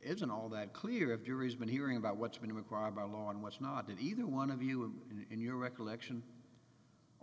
it isn't all that clear of juries been hearing about what's been required by law and what's not in either one of you and in your recollection